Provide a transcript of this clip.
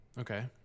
Okay